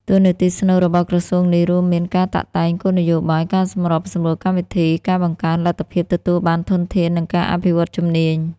តួនាទីស្នូលរបស់ក្រសួងនេះរួមមាន ការតាក់តែងគោលនយោបាយ ការសម្របសម្រួលកម្មវិធី ការបង្កើនលទ្ធភាពទទួលបានធនធាន និងការអភិវឌ្ឍជំនាញ។